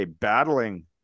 battling